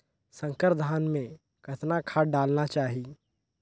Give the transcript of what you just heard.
संकर धान मे कतना खाद डालना चाही?